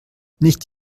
nicht